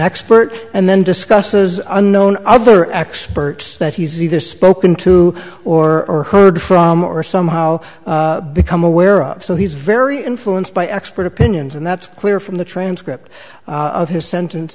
expert and then discusses unknown other experts that he's either spoken to or heard from or somehow become aware of so he's very influenced by expert opinions and that's clear from the transcript of his sentence